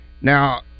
Now